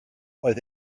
oedd